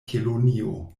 kelonio